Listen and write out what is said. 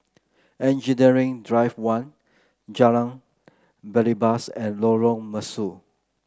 Engineering Drive One Jalan Belibas and Lorong Mesu